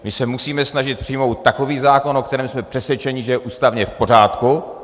My se musíme snažit přijmout takový zákon, o kterém jsme přesvědčeni, že je ústavně v pořádku.